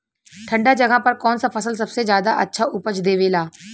ठंढा जगह पर कौन सा फसल सबसे ज्यादा अच्छा उपज देवेला?